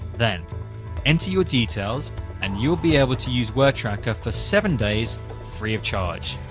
then enter your details and you'll be able to use wordtracker for seven days free of charge.